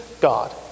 God